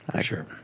sure